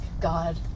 God